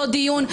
לא דיון.